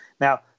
Now